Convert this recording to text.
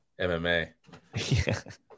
MMA